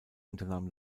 unternahm